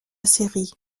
série